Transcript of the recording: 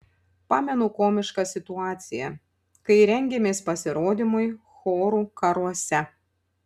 pamenu komišką situaciją kai rengėmės pasirodymui chorų karuose